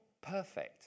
perfect